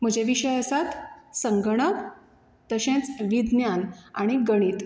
म्हजे विशय आसात संगणक तशेंच विज्ञान आनी गणीत